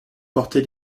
porter